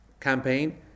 campaign